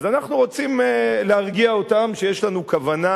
אז אנחנו רוצים להרגיע אותם שיש לנו כוונה